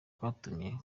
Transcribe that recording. kwatumye